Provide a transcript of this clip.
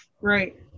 Right